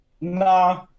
Nah